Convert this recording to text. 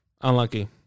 Unlucky